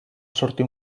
sortir